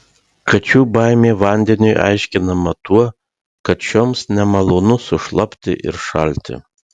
kačių baimė vandeniui aiškinama tuo kad šioms nemalonu sušlapti ir šalti